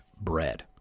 bread